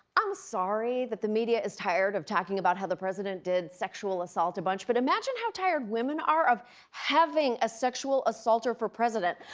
i'm sorry that the media is tired of talking about how the president did sexual assault a bunch. but imagine how tired women are of having a sexual assaulter for president.